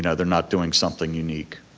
and they're not doing something unique.